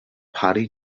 parry